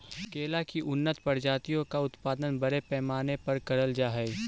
केला की उन्नत प्रजातियों का उत्पादन बड़े पैमाने पर करल जा हई